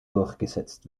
durchgesetzt